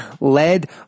led